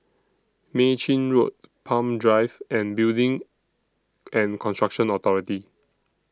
Mei Chin Road Palm Drive and Building and Construction Authority